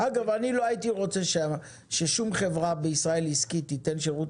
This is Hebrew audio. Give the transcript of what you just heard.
אגב אני לא הייתי רוצה ששום חברה בישראל עסקית תיתן שירות